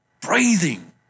breathing